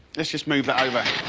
let's just move that over.